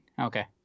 Okay